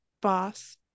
boss